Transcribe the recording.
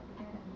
and